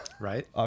Right